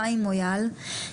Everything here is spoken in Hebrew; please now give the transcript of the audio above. חיים מוייאל,